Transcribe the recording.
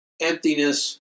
emptiness